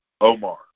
Omar